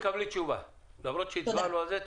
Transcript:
תקבלי תשובה, למרות שהצבענו על זה.